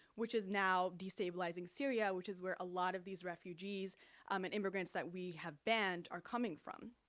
which is now destabilizing syria, which is where a lot of these refugees um and immigrants that we have banned are coming from.